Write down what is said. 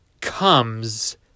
comes